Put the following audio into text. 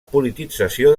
politització